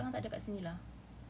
tapi angkat tangan takde kat sini lah